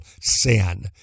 sin